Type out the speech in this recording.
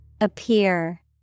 Appear